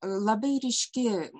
labai ryški